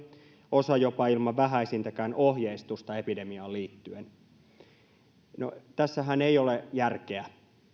osa jopa ilman vähäisintäkään ohjeistusta epidemiaan liittyen no tässähän ei ole järkeä